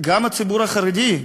גם הציבור החרדי,